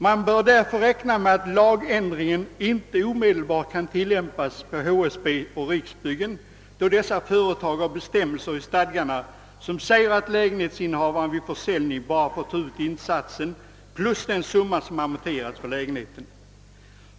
Man bör därför räkna med att lagändringen inte omedelbart kan tilllämpas på HSB och Riksbyggen, då dessa företag har bestämmelser i stadgarna som säger att lägenhetsinnehavaren vid försäljning bara får ta ut insatsen plus den summa som amorterats för lägenheten.